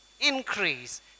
increase